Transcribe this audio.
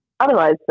Otherwise